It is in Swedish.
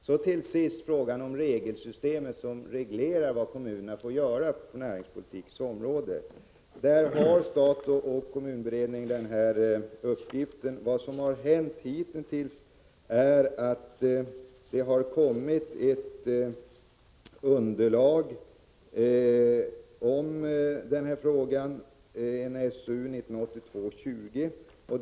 Till sist till frågan om det regelsystem som reglerar vad kommunerna får göra på näringspolitikens område, där statoch kommun-beredningen arbetar. Vad som har hänt hittills är att det har kommit ett underlag i frågan, SOU 1982:20.